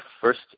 first